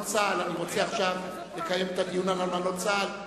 רוצה עכשיו לקיים את הדיון על אלמנות צה"ל,